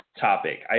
topic